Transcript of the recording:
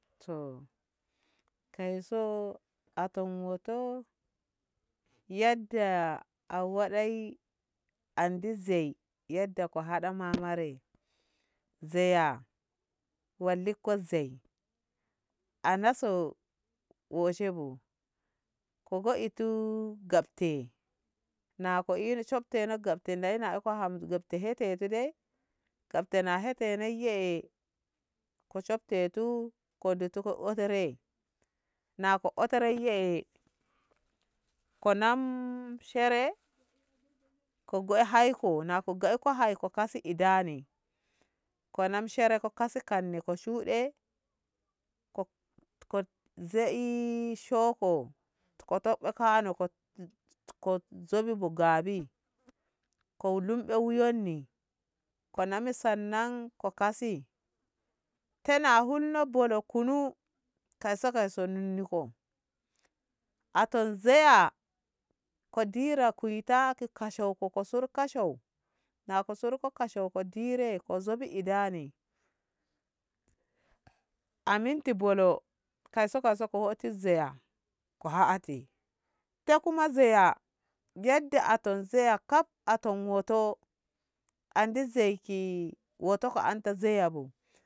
To kai so atom wo'oto yadda a waɗai andi zei yadda ko haɗama ma mare zeya wallako zei ana so woshibu ko go itu gabshe na ko ina shofteno gabte naye na iko ham gabte hetetu dai gabte na hete nai yee eh ko shoftetu ko dutu ko hotere na ko hotere ye ko nam shere ko ngoi haiho nako ngoi ko haiho fasi idani ko nam shere ko si ka ni ko shuɗe ko ko ze'e shoho koto ko kano ko zobbi ba gabi ko lumɓe wuyoni ko nam sannan ko ka si tena hunno bono kunu kauso kauso nunni ko a to zeya ko dira kuita ki kashau ko sur kashau na ko surko kashau ko dire ko zob idani a minti bolo kaso kaso ko hoti zeya ko hate te kuma zeya yadda aton zeya kaf a ton wo'oto andi zei wo'oto anta zeya bu.